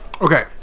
Okay